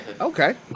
Okay